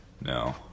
No